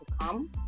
come